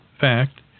fact